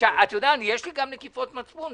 אתה יודע, יש לי גם נקיפות מצפון.